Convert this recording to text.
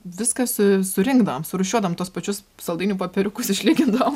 viską su surinkdavom surūšiuodavom tuos pačius saldainių popieriukus išlygindavom